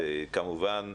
כמובן,